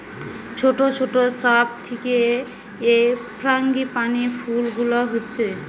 ছোট ছোট শ্রাব থিকে এই ফ্রাঙ্গিপানি ফুল গুলা হচ্ছে